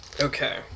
Okay